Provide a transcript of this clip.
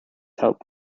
help